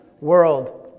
world